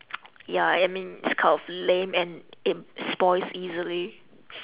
ya I mean it's kind of lame and it spoils easily